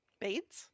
beads